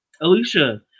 Alicia